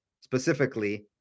specifically